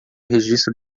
registro